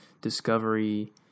discovery